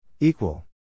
Equal